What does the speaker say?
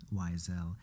YSL